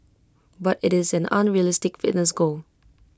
but IT is an unrealistic fitness goal